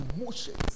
emotions